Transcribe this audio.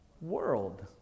world